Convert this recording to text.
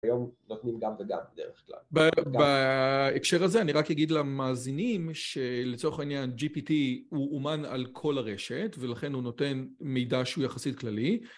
היום נותנים גם וגם בדרך כלל. בהקשר הזה אני רק אגיד למאזינים שלצורך העניין gpt הוא אומן על כל הרשת ולכן הוא נותן מידע שהוא יחסית כללי